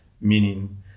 meaning